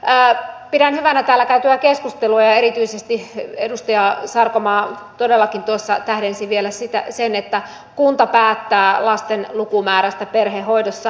pidän hyvänä täällä käytyä keskustelua ja erityisesti edustaja sarkomaa todellakin tuossa tähdensi vielä sen että kunta päättää lasten lukumäärästä perhehoidossa